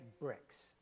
bricks